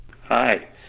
Hi